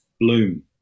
bloom